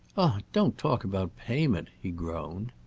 don't talk about payment! he groaned.